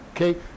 Okay